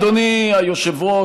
אדוני היושב-ראש,